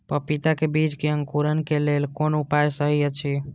पपीता के बीज के अंकुरन क लेल कोन उपाय सहि अछि?